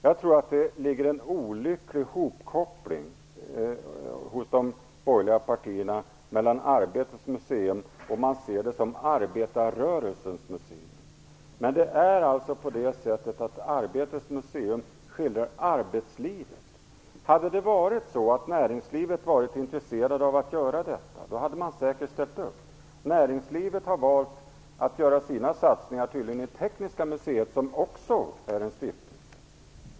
Jag tror att det hos de borgerliga partierna här föreligger en olycklig koppling, så att de ser detta som arbetarrörelsens museum. Det är alltså på det sättet att Arbetets museum skildrar arbetslivet. Om det varit så att näringslivet hade varit intresserat av att göra detta hade man säkert ställt upp. Näringslivet har tydligen valt att göra sina satsningar i Tekniska museet, som också är en stiftelse.